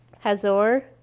Hazor